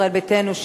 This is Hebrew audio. ישראל ביתנו,